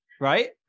Right